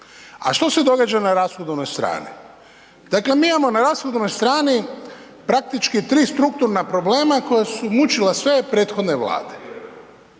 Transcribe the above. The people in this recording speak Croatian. A što se događa na rashodovnoj strani? Dakle, mi imamo na rashodovnoj strani praktički tri strukturna problema koja su mučila sve prethodne vlade